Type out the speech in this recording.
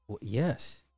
yes